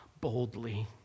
boldly